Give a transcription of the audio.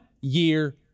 year